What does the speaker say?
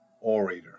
orator